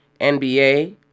NBA